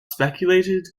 speculated